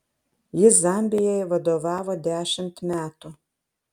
jis zambijai vadovavo dešimt metų